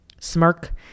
smirk